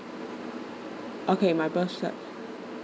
okay my birth cert